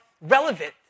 relevant